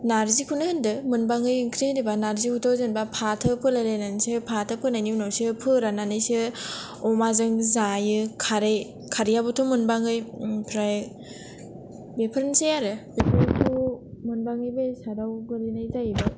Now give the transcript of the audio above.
नार्जिखौनो होनदो मोनबाङै ओंख्रि होनोबा नार्जिखौथ' जेनबा फाथो फोलायलायनासो फाथो फोनायनि उनावसो फोराननानैसो अमाजों जायो खारै खारैयाबोथ' मोनबाङै आमफ्राय बेफोरनोसै आरो मोनबाङै बेसादाव गोलैनाय जाहैबाय